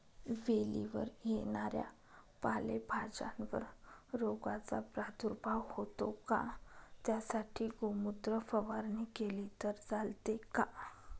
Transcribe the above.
वेलीवर येणाऱ्या पालेभाज्यांवर रोगाचा प्रादुर्भाव होतो का? त्यासाठी गोमूत्र फवारणी केली तर चालते का?